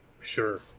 Sure